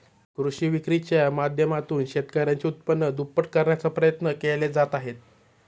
कृषी विक्रीच्या माध्यमातून शेतकऱ्यांचे उत्पन्न दुप्पट करण्याचा प्रयत्न केले जात आहेत